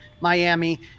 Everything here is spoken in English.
Miami